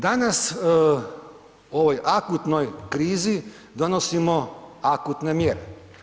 Danas u ovoj akutnoj krizi donosimo akutne mjere.